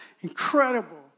incredible